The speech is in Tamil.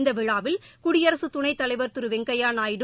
இந்த விழாவில் குடியரசு துணைத் தலைவர் திரு வெங்கய்ய நாயுடு